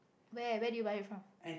where where did you buy it from